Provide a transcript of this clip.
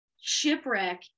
shipwreck